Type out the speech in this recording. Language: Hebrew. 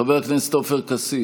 חבר הכנסת עופר כסיף,